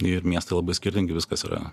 ir miestai labai skirtingi viskas yra